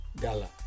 gala